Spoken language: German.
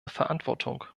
verantwortung